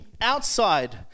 outside